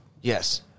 Yes